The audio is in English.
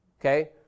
Okay